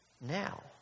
now